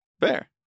Fair